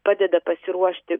padeda pasiruošti